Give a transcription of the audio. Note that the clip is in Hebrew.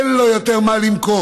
אין לו יותר מה למכור,